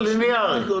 ליניארי.